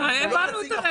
הבנו את הרקע.